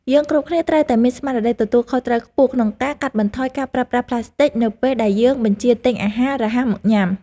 យើងគ្រប់គ្នាត្រូវតែមានស្មារតីទទួលខុសត្រូវខ្ពស់ក្នុងការកាត់បន្ថយការប្រើប្រាស់ផ្លាស្ទិចនៅពេលដែលយើងបញ្ជាទិញអាហាររហ័សមកញ៉ាំ។